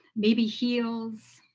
maybe heals,